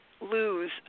lose